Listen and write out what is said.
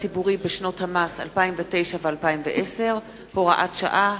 ציבורי בשנות המס 2009 ו-2010) (הוראת שעה),